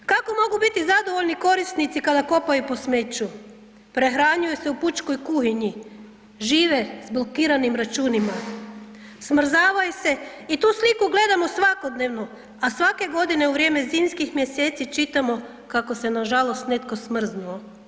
Kako mogu biti zadovoljni korisnici kada kopaju po smeću, prehranjuju se u pučkoj kuhinji, žive s blokiranim računima, smrzavaju se i tu sliku gledamo svakodnevno, a svake godine u vrijeme zimskih mjeseci čitamo kako se, nažalost netko smrznuo.